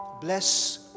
bless